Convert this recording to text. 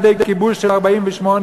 הן על-ידי כיבוש ב-1948,